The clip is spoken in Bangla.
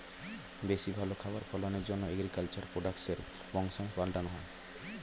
বেশি ভালো খাবার ফলনের জন্যে এগ্রিকালচার প্রোডাক্টসের বংশাণু পাল্টানো হয়